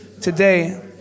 today